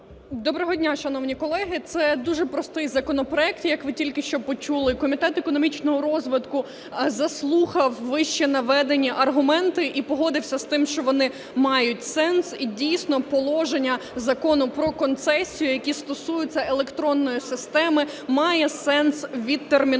Доброго дня, шановні колеги. Це дуже простий законопроект, як ви тільки що почули. Комітет економічного розвитку заслухав вищенаведені аргументи і погодився з тим, що вони мають сенс. І дійсно положення Закону "Про концесію", які стосуються електронної системи, має сенс відтермінувати.